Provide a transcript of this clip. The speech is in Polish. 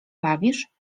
bawisz